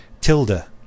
Tilda